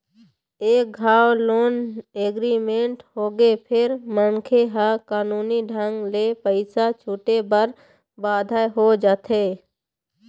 एक घांव loan agreement होगे फेर मनखे ह कानूनी ढंग ले पइसा छूटे बर बाध्य हो जाथे